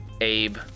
Abe